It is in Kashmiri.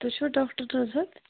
تُہۍ چھُوا ڈاکٹَر نُزہت